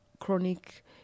chronic